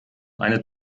ein